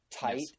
tight